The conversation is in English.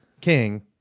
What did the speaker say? king